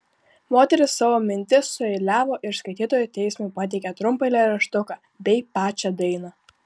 moteris savo mintis sueiliavo ir skaitytojų teismui pateikė trumpą eilėraštuką bei pačią dainą